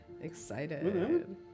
Excited